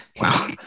Wow